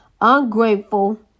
Ungrateful